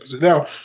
Now